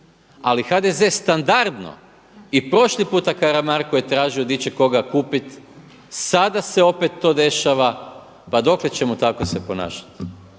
Ali HDZ standardno i prošli puta Karamarko je tražio gdje će koga kupiti, sada se opet to dešava, pa dokle ćemo tako se ponašati?